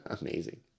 Amazing